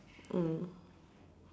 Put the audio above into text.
mm